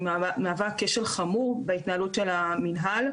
היא מהווה כשל חמור בהתנהלות של המנהל,